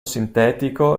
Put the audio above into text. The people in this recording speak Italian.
sintetico